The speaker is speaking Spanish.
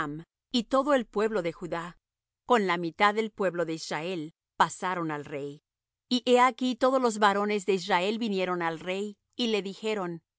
y todo el pueblo de judá con la mitad del pueblo de israel pasaron al rey y he aquí todos los varones de israel vinieron al rey y le dijeron